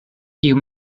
kiu